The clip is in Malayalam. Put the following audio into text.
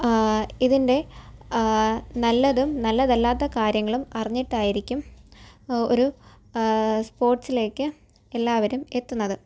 ഇതിൻ്റെ നല്ലതും നല്ലതല്ലാത്ത കാര്യങ്ങളും അറിഞ്ഞിട്ടായിരിക്കും ഒരു സ്പോർട്സിലേക്ക് എല്ലാവരും എത്തുന്നത്